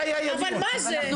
מה זה?